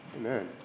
Amen